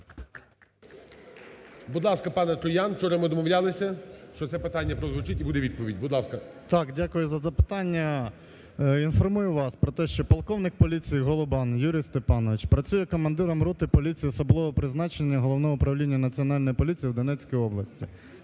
Будь ласка, пане Троян. Вчора ми домовлялися, що це питання прозвучить і буде відповідь. Будь ласка. 10:34:22 ТРОЯН В.А. Так. Дякую за запитання. Інформую вас про те, що полковник поліції Голубан Юрій Степанович працює командиром роти поліції особливого призначення Головного управління Національної поліції в Донецькій області.